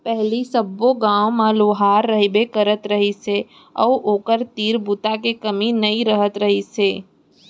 पहिली सब्बो गाँव म लोहार रहिबे करत रहिस हे अउ ओखर तीर बूता के कमी नइ रहत रहिस हे